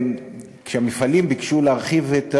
כשמפעלים ביקשו להרחיב,